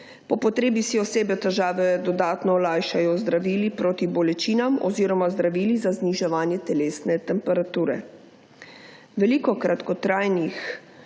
po potrebi si osebe težave dodatno olajšajo z zdravili proti bolečinam oziroma zdravili za zniževanje telesne temperature. Veliko kratkotrajnih,